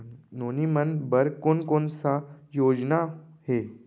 नोनी मन बर कोन कोन स योजना हे?